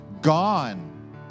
Gone